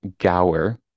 Gower